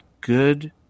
good